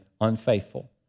unfaithful